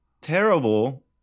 terrible